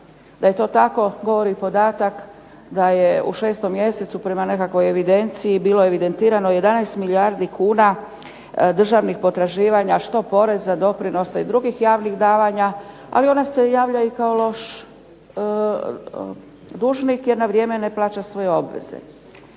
Da je to tako govori podatak da je u 6. mjesecu prema nekakvoj evidenciji bilo evidentirano 11 milijardi kuna državnih potraživanja što poreza, doprinosa i drugih javnih davanja, ali ona se javlja i kao loš dužnik jer na vrijeme ne plaća svoje obveze.